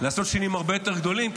לעשות שינויים הרבה יותר גדולים,